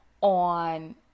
on